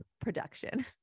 production